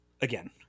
again